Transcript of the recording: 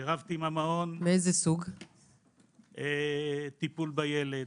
רבתי אתם על הטיפול בילד,